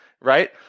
Right